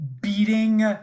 beating